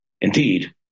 indeed